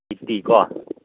fifty ꯀꯣ